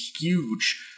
huge